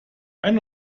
ein